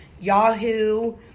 Yahoo